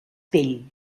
pell